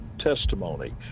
testimony